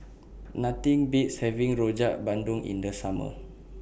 Nothing Beats having Rojak Bandung in The Summer